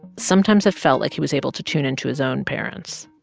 sometimes, it felt like he was able to tune into his own parents,